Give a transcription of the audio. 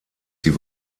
sie